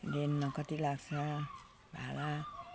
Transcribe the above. रेन्टमा कति लाग्छ भाडा